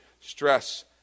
stress